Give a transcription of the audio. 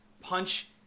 Punch